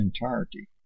entirety